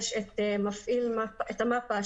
יש המפ"א,